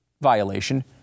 violation